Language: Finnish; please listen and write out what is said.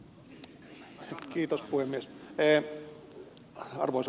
kiitos arvoisa puhemies